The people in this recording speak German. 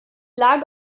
lage